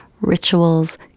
rituals